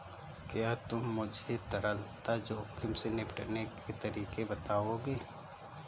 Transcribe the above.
क्या तुम मुझे तरलता जोखिम से निपटने के तरीके बताओगे?